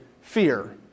fear